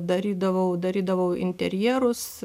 darydavau darydavau interjerus